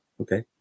okay